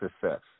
success